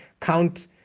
count